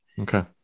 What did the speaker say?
Okay